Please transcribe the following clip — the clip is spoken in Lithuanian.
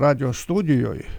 radijo studijoj